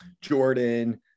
jordan